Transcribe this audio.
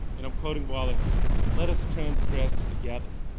and i'm quoting wallace let us transgress together,